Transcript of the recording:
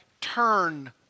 turn